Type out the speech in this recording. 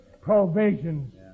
provisions